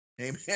Amen